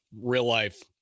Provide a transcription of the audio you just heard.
real-life